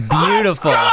beautiful